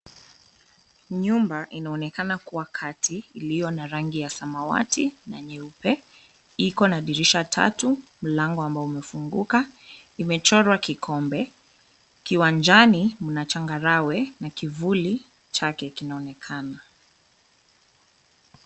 Nyumba inaonekana kuwa kati, iliyo na rangi ya samawati na nyeupe, iko na dirisha tatu, mlango ambao umefunguka. Imechorwa kikombe. Kiwanjani mna changarawe na kivuli chake kinaonekana.